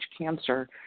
cancer